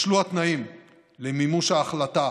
בשלו התנאים למימוש ההחלטה